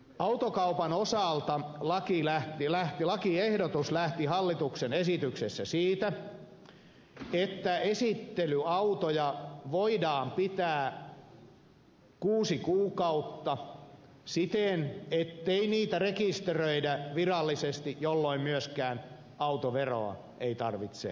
autokaupan osalta lakiehdotus lähti hallituksen esityksessä siitä että esittelyautoja voidaan pitää kuusi kuukautta siten ettei niitä rekisteröidä virallisesti jolloin myöskään autoveroa ei tarvitse maksaa